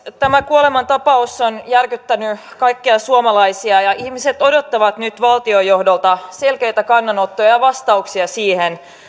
tämä kuolemantapaus on järkyttänyt kaikkia suomalaisia ja ihmiset odottavat nyt valtionjohdolta selkeitä kannanottoja ja vastauksia siihen